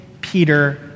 Peter